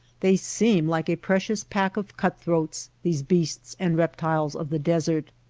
they seem like a precious pack of cutthroats, these beasts and reptiles of the desert.